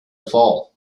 fall